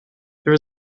there